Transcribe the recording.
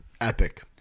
epic